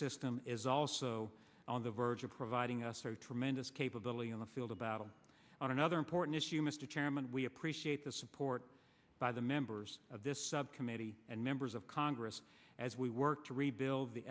system is also on the verge of providing us or tremendous capability in the field of battle on another important issue mr chairman we appreciate the support by the members of this subcommittee and members of congress as we work to rebuild the